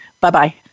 Bye-bye